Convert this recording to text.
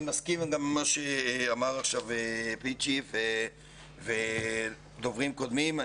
אני מסכים עם מה שאמר עכשיו פיצ'י ודוברים קודמים.